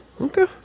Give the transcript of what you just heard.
Okay